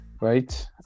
right